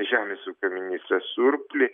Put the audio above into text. žemės ūkio ministrą surplį